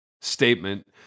statement